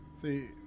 See